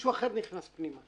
מישהו אחר ניכנס פנימה